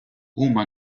huma